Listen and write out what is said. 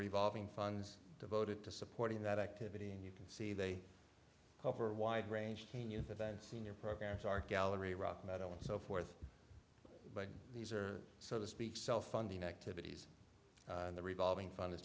revolving funds devoted to supporting that activity and you can see they cover a wide range can you prevent senior programs are gallery rock metal and so forth but these are so to speak self funding activities and the revolving fund i